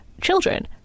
children